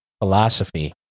philosophy